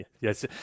Yes